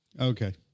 Okay